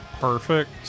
perfect